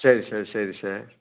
சரி சார் சரி சார்